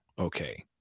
okay